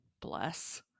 bless